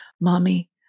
Mommy